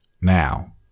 Now